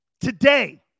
Today